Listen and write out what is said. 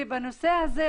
בנושא הזה,